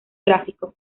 gráfico